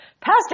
Pastor